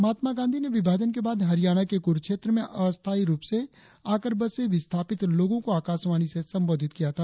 महात्मा गांधी ने विभाजन के बाद हरियाणा के क्रुक्षेत्र में अस्थाई रुप से आकर बसे विस्थापित लोगों को आकाशवाणी से संबोधित किया था